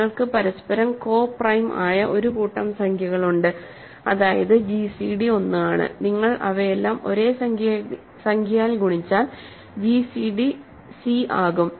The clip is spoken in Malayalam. നിങ്ങൾക്ക് പരസ്പരം കോ പ്രൈം ആയ ഒരു കൂട്ടം സംഖ്യകളുണ്ട് അതായത് ജിസിഡി 1 ആണ് നിങ്ങൾ അവയെല്ലാം ഒരേ സംഖ്യയാൽ ഗുണിച്ചാൽ ജിസിഡി സി ആകും